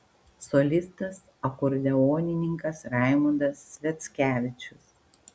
solistas akordeonininkas raimondas sviackevičius